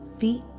feet